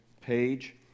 page